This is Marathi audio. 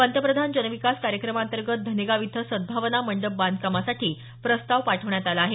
पंतप्रधान जन विकास कार्यक्रमाअंतर्गत धनेगाव इथं सद्दावना मंडप बांधकामासाठी प्रस्ताव पाठवण्यात आला आहे